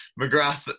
McGrath